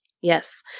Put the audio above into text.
Yes